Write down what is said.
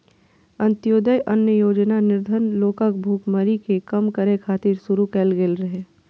अंत्योदय अन्न योजना निर्धन लोकक भुखमरी कें कम करै खातिर शुरू कैल गेल रहै